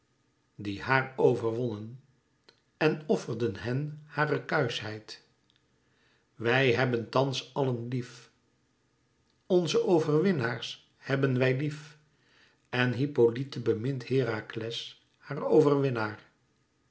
die haar overwonnen en offerden hèn hare kuischheid wij hebben thans allen lief onze overwinnaars hebben wij lief en hippolyte bemint herakles haar overwinnaar